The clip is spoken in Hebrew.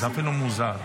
זה אפילו מוזר.